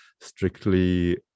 strictly